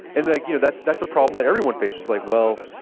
and like you know that's that's a problem that everyone faces. like well,